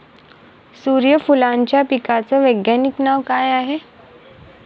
सुर्यफूलाच्या पिकाचं वैज्ञानिक नाव काय हाये?